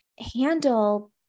Handle